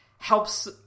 Helps